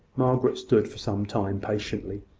margaret stood for some time patiently,